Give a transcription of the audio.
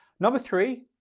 number three,